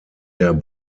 der